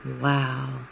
Wow